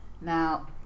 Now